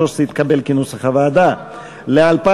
סעיף 45, ל-2014.